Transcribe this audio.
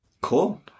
Cool